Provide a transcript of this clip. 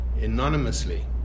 anonymously